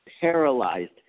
paralyzed